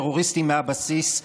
טרוריסטים מהבסיס,